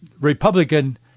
Republican